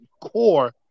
core